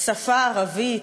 שפה ערבית,